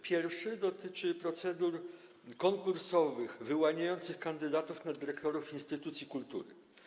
Pierwszy dotyczy procedur konkursowych wyłaniających kandydatów na dyrektorów instytucji kultury.